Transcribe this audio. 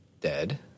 Dead